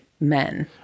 men